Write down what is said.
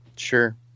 sure